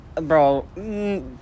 bro